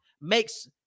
makes